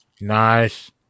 Nice